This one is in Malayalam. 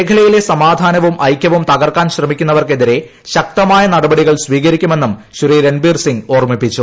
മേഖലയിലെ സമാധാനവും ഐക്യവും തകർക്കാൻ ശ്രമിക്കുന്നവർക്കെതിരെ ശക്തമായ നടപടികൾ സ്വീകരിക്കുമെന്നും ശ്രീ രൺബീർ സിംഗ് ഓർമ്മിപ്പിച്ചു